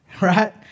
right